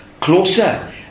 closer